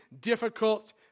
difficult